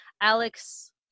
alex